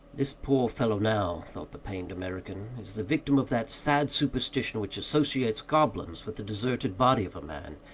this poor fellow now, thought the pained american, is the victim of that sad superstition which associates goblins with the deserted body of man,